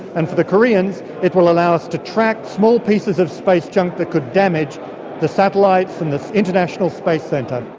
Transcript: and for the koreans it will allow us to track small pieces of space junk that could damage the satellites and the international space and